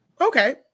Okay